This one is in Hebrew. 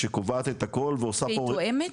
שקובעת את הכול ועושה פה -- היא תואמת,